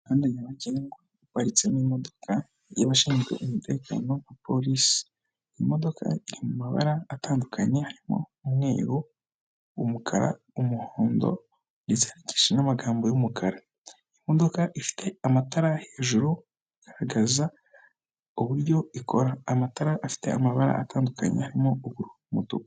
Umuhanda nyabagendwa uparitsemo imodoka y'abashinzwe umutekano nka polisi. Imodoka iri mu mabara atandukanye harimo, umweru, umukara, umuhondo ndetse yandikishije n'amagambo y'umukara, imodoka ifite amatara hejuru agaragaza uburyo ikora, amatara afite amabara atandukanye harimo umutuku.